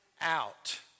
out